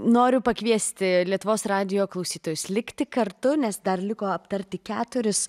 noriu pakviesti lietuvos radijo klausytojus likti kartu nes dar liko aptarti keturis